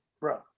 bro